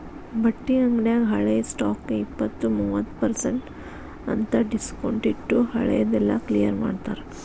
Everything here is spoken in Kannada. ಬಟ್ಟಿ ಅಂಗ್ಡ್ಯಾಗ ಹಳೆ ಸ್ಟಾಕ್ಗೆ ಇಪ್ಪತ್ತು ಮೂವತ್ ಪರ್ಸೆನ್ಟ್ ಅಂತ್ ಡಿಸ್ಕೊಂಟ್ಟಿಟ್ಟು ಹಳೆ ದೆಲ್ಲಾ ಕ್ಲಿಯರ್ ಮಾಡ್ತಾರ